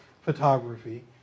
photography